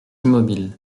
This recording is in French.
immobile